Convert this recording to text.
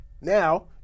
Now